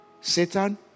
satan